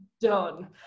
done